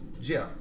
Jeff